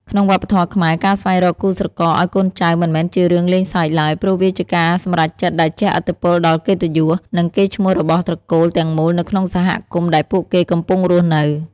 ក្នុងវប្បធម៌ខ្មែរ ការស្វែងរកគូស្រករឱ្យកូនចៅមិនមែនជារឿងលេងសើចឡើយ ព្រោះវាជាការសម្រេចចិត្តដែលជះឥទ្ធិពលដល់កិត្តិយស និងកេរ្តិ៍ឈ្មោះរបស់ត្រកូលទាំងមូលនៅក្នុងសហគមន៍ដែលពួកគេកំពុងរស់នៅ។